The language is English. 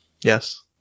Yes